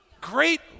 Great